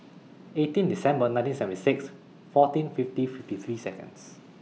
eighteen December nineteen seventy six fourteen fiftieth fifty three Seconds